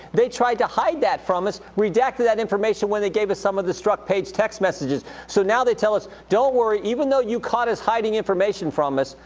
they tried to hide that from us, redacted that information when they gave us some of the strzok-page text messages. so now they tell us, don't worry even though you caught as hiding information from us,